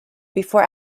before